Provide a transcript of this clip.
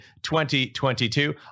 2022